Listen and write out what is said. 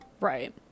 right